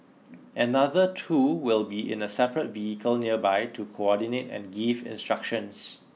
another two will be in a separate vehicle nearby to coordinate and give instructions